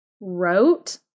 wrote